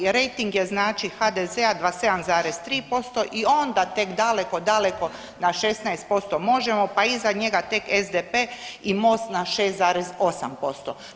Rejting je znači HDZ-a 27,3% i onda tek daleko, daleko na 16% Možemo, pa iza njega tek SDP i MOSt na 6,8%